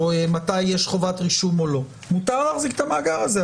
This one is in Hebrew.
מתי יש חובת רישום או לא מותר להחזיק את המאגר הזה,